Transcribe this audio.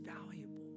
valuable